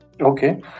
Okay